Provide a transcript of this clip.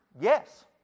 Yes